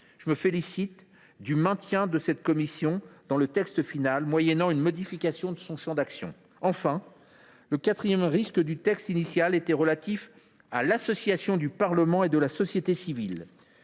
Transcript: Je me félicite du maintien de cette commission dans le texte final, moyennant une modification de son champ d’action. Enfin, le quatrième risque du texte initial était relatif à l’association du Parlement et de la société civile.